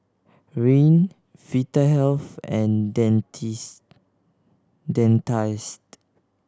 Rene Vitahealth and Dentiste